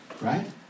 right